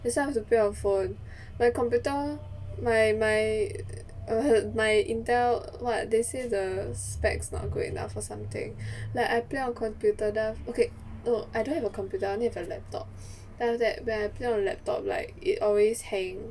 so I have to play on phone my computer my my err my intel what they see the specs not good enough or something like I play on computer then aft~ okay no I don't have a computer I only have a laptop then after that when I play on laptop like it always hang